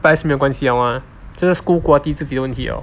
price 没有关系了 mah 就是 school quality 自己的问题了